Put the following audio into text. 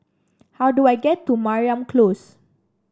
how do I get to Mariam Close